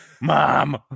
mom